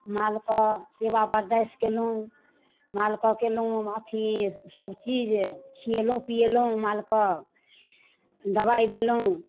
मालके सेवा बरदाइस कएलहुँ माल कऽ कएलहुँ अथी सभचीज खिएलहुँ पिएलहुँ मालकेँ दबाइ देलहुँ